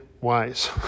wise